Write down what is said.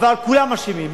כולם אשמים.